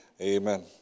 Amen